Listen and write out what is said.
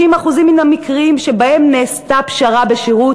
50% מהמקרים שבהם נעשתה פשרה בשירות